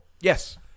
Yes